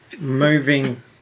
moving